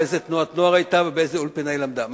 באיזו תנועת נוער היא היתה ובאיזו אולפנה היא למדה.